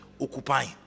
occupying